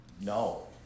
no